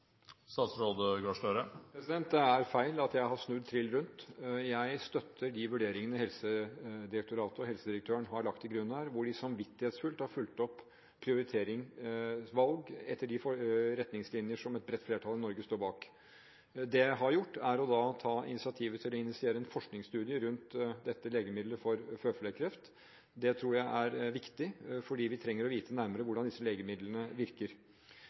Det er feil at jeg har snudd trill rundt. Jeg støtter de vurderingene som Helsedirektoratet og helsedirektøren har lagt til grunn her, hvor de samvittighetsfullt har fulgt opp prioriteringsvalg etter de retningslinjer som et bredt flertall i Norge står bak. Det jeg har gjort, er å ta initiativet til å initiere en forskningsstudie rundt dette legemidlet mot føflekkreft. Det tror jeg er viktig, for vi trenger å vite nærmere hvordan disse legemidlene virker.